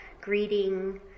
greeting